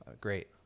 great